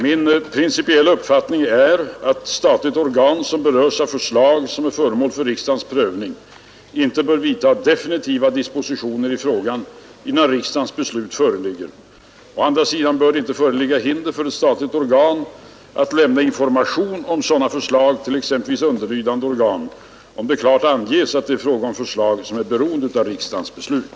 Min principiella uppfattning är att statligt organ, som berörs av förslag som är föremål för riksdagens prövning, inte bör vidta definitiva dispositioner i frågan innan riksdagens beslut föreligger. Å andra sidan bör det inte föreligga hinder för ett statligt organ att lämna information om sådant förslag till exempelvis underlydande organ, om det klart anges att det är fråga om förslag som är beroende av riksdagens beslut.